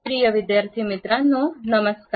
प्रिय विद्यार्थी मित्रांनो नमस्कार